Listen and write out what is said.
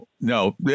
No